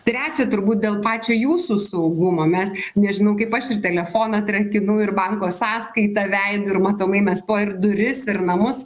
trečia turbūt dėl pačio jūsų saugumo mes nežinau kaip aš ir telefoną atrakinu ir banko sąskaita veidu ir matomai mes po ir duris ir namus